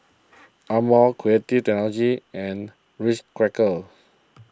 Amore Creative Technology and Ritz Crackers